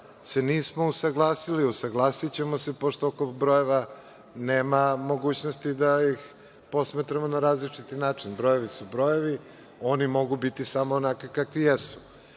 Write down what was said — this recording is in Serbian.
se nismo usaglasili. Usaglasićemo se, pošto oko brojeva nema mogućnosti da ih posmatramo na različit način. Brojevi su brojevi. Oni mogu biti samo onakvi kakvi